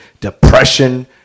depression